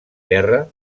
terra